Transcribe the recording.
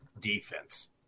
defense